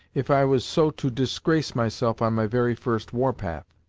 if i was so to disgrace myself on my very first war-path.